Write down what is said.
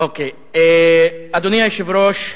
אדוני היושב-ראש,